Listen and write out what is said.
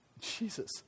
Jesus